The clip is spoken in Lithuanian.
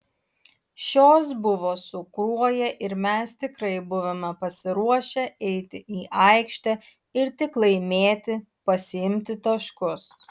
šios buvo su kruoja ir mes tikrai buvome pasiruošę eiti į aikštę ir tik laimėti pasiimti taškus